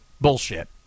Bullshit